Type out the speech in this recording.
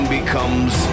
becomes